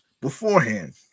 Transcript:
beforehand